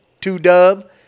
two-dub